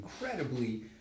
incredibly